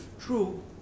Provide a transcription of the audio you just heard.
true